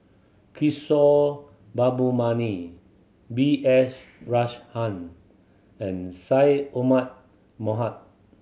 Kishore Mahbubani B S Rajhans and Syed Omar Mohamed